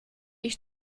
ich